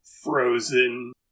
Frozen